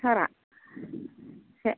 सारा एसे